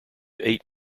eight